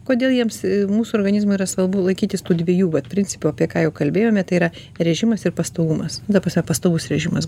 kodėl jiems į mūsų organizmui yra svarbu laikytis tų dviejų vat principų apie ką jau kalbėjome tai yra režimas ir pastovumas ta prasme pastovus režimas